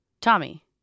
tommy